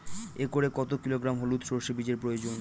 একরে কত কিলোগ্রাম হলুদ সরষে বীজের প্রয়োজন?